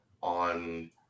on